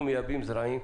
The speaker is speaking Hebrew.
אנחנו מייבאים זרעים,